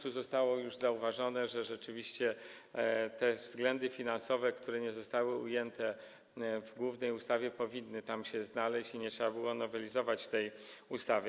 Tu zostało już zauważone, że rzeczywiście te względy finansowe, które nie zostały ujęte w głównej ustawie, powinny tam się znaleźć i nie trzeba by było nowelizować tej ustawy.